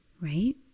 right